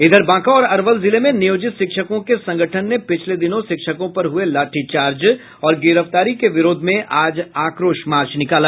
इधर बांका और अरवल जिले में नियोजित शिक्षकों के संगठन ने पिछले दिनों शिक्षकों पर हुये लाठीचार्ज और गिरफ्तारी के विरोध में आज आक्रोश मार्च निकाला